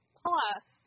plus